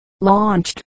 launched